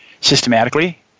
systematically